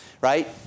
right